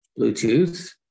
Bluetooth